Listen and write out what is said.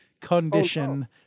condition